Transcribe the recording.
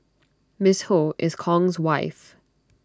miss ho is Kong's wife